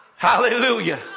Hallelujah